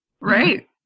Right